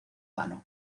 vano